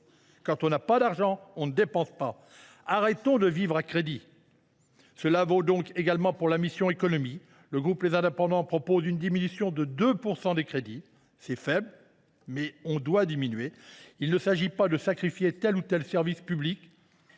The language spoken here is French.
Quand on n’a pas d’argent, on ne dépense pas ! Arrêtons de vivre à crédit ! Cela vaut donc en particulier pour la mission « Économie », dont le groupe Les Indépendants propose une diminution de 2 % des crédits. C’est peu, mais nécessaire. Il ne s’agit pas de sacrifier tel ou tel service public